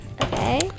okay